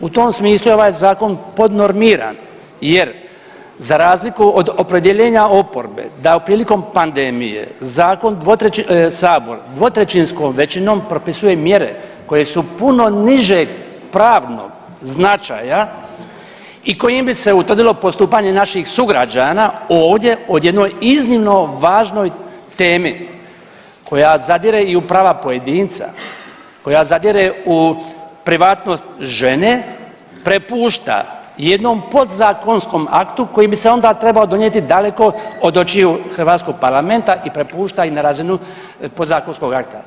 U tom smislu je ovaj zakon podnormiran jer za razliku od opredjeljenja oporbe da prilikom pandemije sabor dvotrećinskom većinom propisuje mjere koje su puno nižeg pravnog značaja i kojim bi se utvrdilo postupanje naših sugrađana ovdje o jednoj iznimno važnoj temi koja zadire i u prava pojedinca, koja zadire u privatnost žene prepušta jednom podzakonskom aktu koji bi se onda trebao donijeti daleko od očiju hrvatskog Parlamenta i prepušta ih na razinu podzakonskog akta.